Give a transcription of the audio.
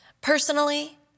Personally